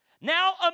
Now